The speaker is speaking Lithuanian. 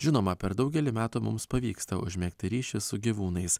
žinoma per daugelį metų mums pavyksta užmegzti ryšį su gyvūnais